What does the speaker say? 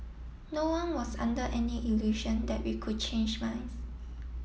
no one was under any illusion that we could change minds